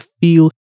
feel